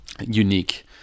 unique